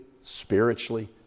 spiritually